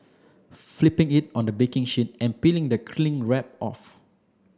flipping it on the baking sheet and peeling the cling wrap off